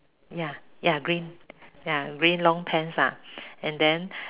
ya ya green ya green long pants lah and then